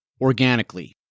organically